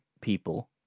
people